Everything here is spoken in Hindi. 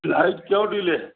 अरे क्यों डिले